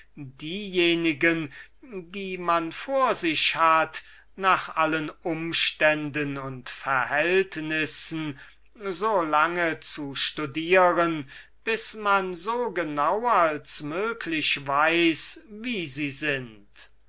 diejenige die man vor sich hat nach allen umständen und verhältnissen so lange zu studieren bis man so genau als möglich weiß wie sie sind